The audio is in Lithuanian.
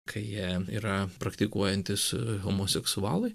kai jie yra praktikuojantys homoseksualai